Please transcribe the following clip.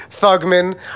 Thugman